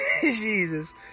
Jesus